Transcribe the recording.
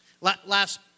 Last